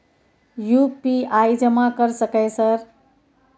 UPI जमा कर सके सर?